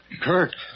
Kurt